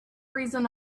reason